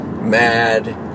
mad